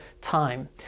time